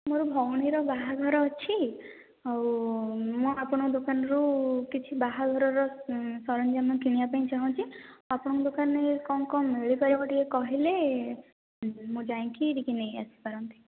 ମୋର ଭଉଣୀର ବାହାଘର ଅଛି ଆଉ ମୁଁ ଆପଣଙ୍କ ଦୋକାନରୁ କିଛି ବାହାଘରର ସରଞ୍ଜାମ କିଣିବାକୁ ଚାଁହୁଛି ଆପଣଙ୍କ ଦୋକାନରେ କ'ଣ କ'ଣ ମିଳିପାରିବ ଟିକେ କହିଲେ ମୁଁ ଯାଇକି ଟିକେ ନେଇଆସିପାରନ୍ତି